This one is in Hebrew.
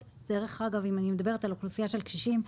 דרך אגב אם אני מדברת על אוכלוסייה של קשישים,